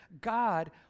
God